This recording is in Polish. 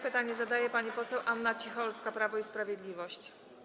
Pytanie zadaje pani poseł Anna Cicholska, Prawo i Sprawiedliwość.